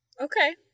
Okay